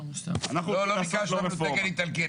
ביקשנו תקן איטלקי.